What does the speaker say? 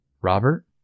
Robert